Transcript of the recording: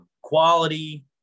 quality